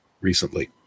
recently